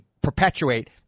perpetuate